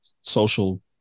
social